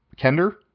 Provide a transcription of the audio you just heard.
Kender